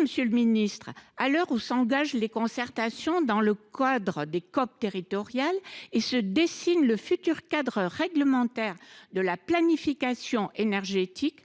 monsieur le ministre, à l’heure où s’engagent les concertations dans le cadre des COP territoriales et où se dessine le futur cadre réglementaire de la planification énergétique,